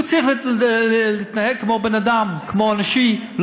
הוא צריך להתנהג כמו בן-אדם אנושי,